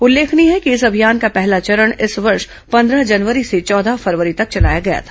उल्लेखनीय है कि इस अभियान का पहला चरण इस वर्ष पंद्रह जनवरी से चौदह फरवरी तक चलाया गया था